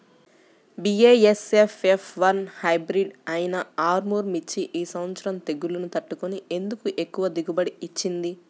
BASF F one hybrid అయినా ఆర్ముర్ మిర్చి ఈ సంవత్సరం తెగుళ్లును తట్టుకొని ఎందుకు ఎక్కువ దిగుబడి ఇచ్చింది?